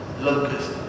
Locust